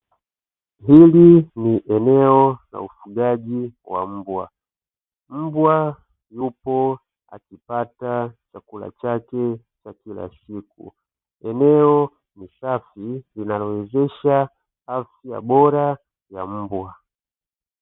Hili ni eneo la ufugaji wa mbwa, mbwa yupo akipata chakula chake cha kila siku, eneo ni safi linalowezesha afya bora ya mbwa.